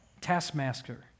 taskmaster